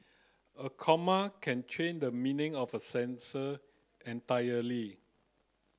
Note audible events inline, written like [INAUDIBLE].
a comma can change the meaning of a [UNINTELLIGIBLE] entirely